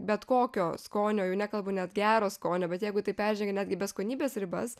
bet kokio skonio jau nekalbu net gero skonio bet jeigu tai peržengia netgi beskonybės ribas